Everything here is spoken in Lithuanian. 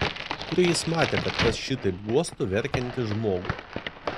kur jis matė kad kas šitaip guostų verkiantį žmogų